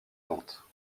ventes